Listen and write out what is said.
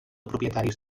propietaris